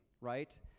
right